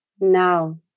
Now